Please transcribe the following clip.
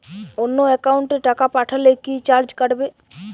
অন্য একাউন্টে টাকা পাঠালে কি চার্জ কাটবে?